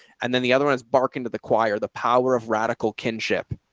and then the other one is barking to the choir, the power of radical kinship.